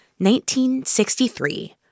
1963